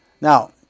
Now